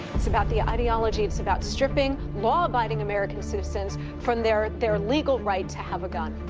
it's about the ideology. it's about stripping law-abiding american citizens from their, their legal right to have a gun.